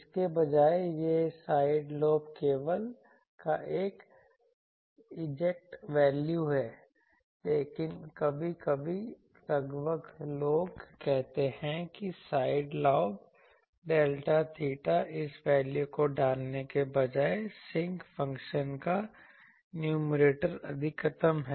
इसके बजाय यह साइड लोब लेवल का एक एग्जैक्ट वैल्यू है लेकिन कभी कभी लगभग लोग कहते हैं कि साइड लॉब डेल्टा theta इस वैल्यू को डालने के बजाय sinc फ़ंक्शन का न्यूमैरेटर अधिकतम है